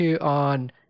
on